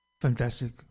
Fantastic